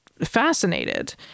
fascinated